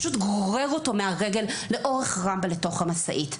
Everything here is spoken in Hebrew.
פשוט גורר אותו מהרגל לאורך רמפה לתוך המשאית.